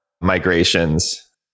migrations